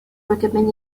recommend